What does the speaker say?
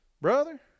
Brother